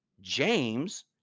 James